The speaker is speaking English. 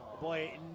Boy